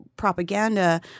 Propaganda